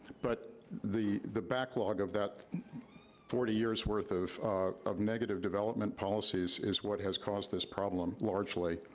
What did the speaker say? but the the backlog of that forty years worth of of negative development policies is what has caused this problem largely.